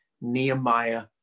Nehemiah